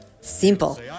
Simple